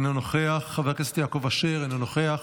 אינו נוכח, חבר הכנסת יעקב אשר, אינו נוכח,